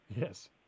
Yes